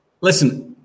listen